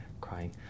crying